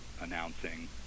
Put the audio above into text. announcing